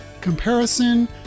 comparison